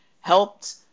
helped